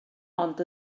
ond